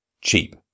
cheap